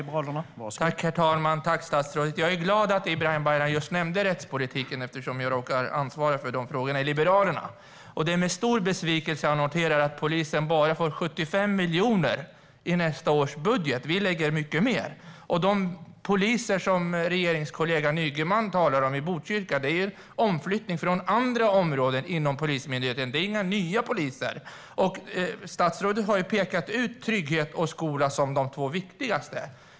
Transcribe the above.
Herr talman! Tack, statsrådet! Jag är glad att Ibrahim Baylan nämnde rättspolitiken, eftersom jag råkar ansvara för den frågan hos Liberalerna. Det är med stor besvikelse jag noterar att polisen bara får 75 miljoner i nästa års budget. Vi lägger mycket mer. De poliser i Botkyrka som regeringskollegan Ygeman talar om är en omflyttning från andra områden inom Polismyndigheten. Det är inga nya poliser. Statsrådet har pekat ut trygghet och skola som de två viktigaste sakerna.